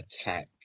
attack